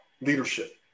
leadership